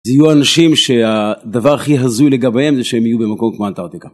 זה יהיו אנשים שהדבר הכי הזוי לגביהם זה שהם יהיו במקום כמו אנטרקטיקה